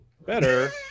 better